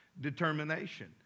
determination